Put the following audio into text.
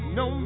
no